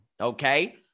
okay